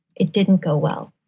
it didn't go well.